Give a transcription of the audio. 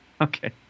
Okay